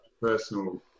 personal